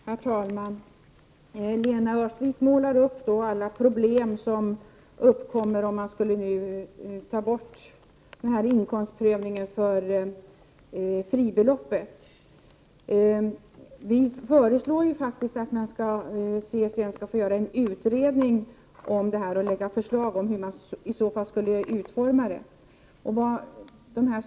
Herr talman! Lena Öhrsvik målar upp alla problem som skulle uppkomma om man skulle ta bort inkomstprövningen när det gäller fribeloppet. Vi reservanter föreslår att CSN skall få göra en utredning om detta och lägga fram ett förslag om hur man i så fall skulle utforma ett sådant system.